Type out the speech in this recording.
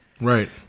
Right